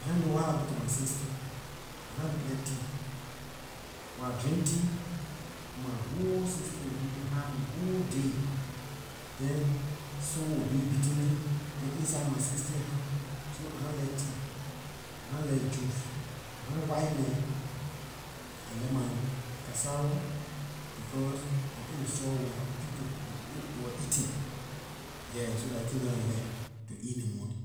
I nah what happen to my system, I nah like tea when I drink tea, my whole system will be hot ley whole day then sun will be beating me then inside my system hot so I nah like tea I nah like juice I nah white man I like my cassava because dah it we saw with our people, they wor eating, yeah, so dah ley thing dem I like to eat in ley morning.